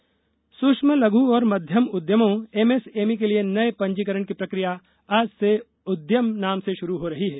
MSME पंजीकरण सूक्ष्म लघु और मध्यम उद्यमों एमएसएमई के लिए नये पंजीकरण की प्रक्रिया आज से उद्यम नाम से शुरू हो रही है